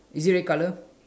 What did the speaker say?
is it red colour